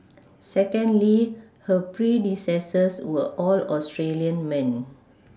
secondly her predecessors were all Australian men